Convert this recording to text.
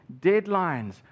deadlines